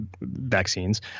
vaccines